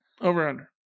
over-under